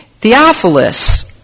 Theophilus